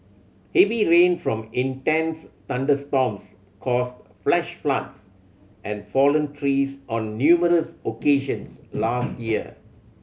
heavy rain from intense thunderstorms caused flash floods and fallen trees on numerous occasions last year